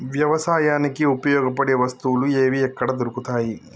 వ్యవసాయానికి ఉపయోగపడే వస్తువులు ఏవి ఎక్కడ దొరుకుతాయి?